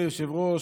מכובדי היושב-ראש,